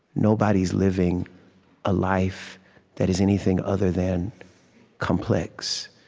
nobody's living a life that is anything other than complex.